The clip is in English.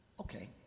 Okay